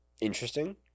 interesting